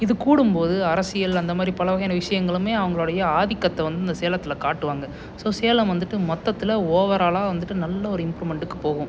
இது கூடும்போது அரசியல் அந்த மாதிரி பலவகையான விஷயங்களுமே அவர்களுடைய ஆதிக்கத்தை வந்து இந்த சேலத்தில் காட்டுவாங்க ஸோ சேலம் வந்துட்டு மொத்தத்தில் ஓவராலாக வந்துட்டு நல்ல ஒரு இம்ப்ரூவ்மண்ட்டுக்கு போகும்